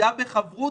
בלמידה בחברותא,